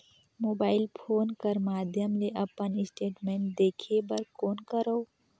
Mobile phone कर माध्यम ले अपन स्टेटमेंट देखे बर कौन करों?